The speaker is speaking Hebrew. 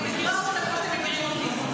אני מכירה אותך כמו שאתם מכירים אותי.